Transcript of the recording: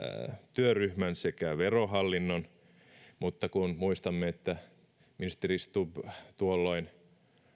työryhmän sekä verohallinnon mutta kuten muistamme ministeri stubb tuolloin